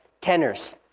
tenors